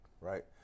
right